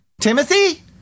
Timothy